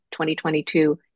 2022